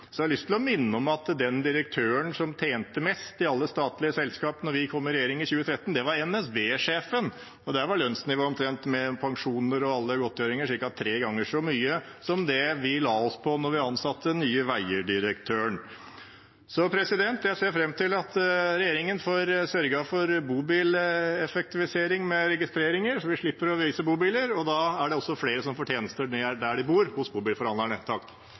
har jeg lyst til å minne om at den direktøren som tjente mest av alle i statlige selskap da vi kom i regjering i 2013, var NSB-sjefen. Der var lønnsnivået, med pensjoner og alle godtgjørelser, ca. tre ganger så høyt som det vi la oss på da vi ansatte Nye Veier-direktøren. Jeg ser fram til at regjeringen sørger for bobileffektivisering med registreringer, så vi slipper å vise bobiler, og da er det også flere som får tjenester nær der de bor, hos bobilforhandlerne.